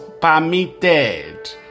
permitted